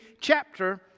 chapter